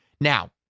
Now